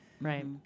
right